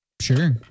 Sure